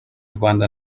rwanda